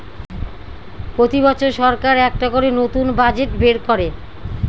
প্রতি বছর সরকার একটা করে নতুন বাজেট বের করে